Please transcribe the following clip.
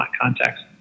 context